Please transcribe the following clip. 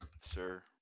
sir